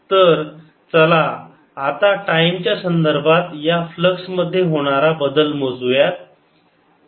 तर चला आता टाईम च्या संदर्भात या फ्लक्स मध्ये होणारा बदल मोजुया